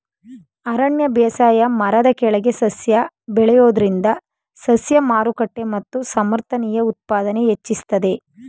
ಅರಣ್ಯ ಬೇಸಾಯ ಮರದ ಕೆಳಗೆ ಸಸ್ಯ ಬೆಳೆಯೋದ್ರಿಂದ ಸಸ್ಯ ಮಾರುಕಟ್ಟೆ ಮತ್ತು ಸಮರ್ಥನೀಯ ಉತ್ಪಾದನೆ ಹೆಚ್ಚಿಸ್ತದೆ